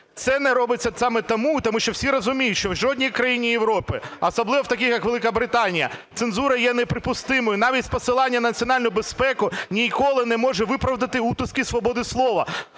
Це не робиться саме тому, що всі розуміють, що в жодній країні Європи, особливо в таких як Великобританія, цензура є неприпустимою, навіть з посилання на національну безпеку ніколи не можна виправдати утиски свободи слова.